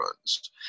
runs